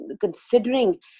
considering